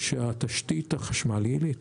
שתשתית החשמל היא עילית?